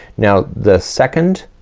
now the second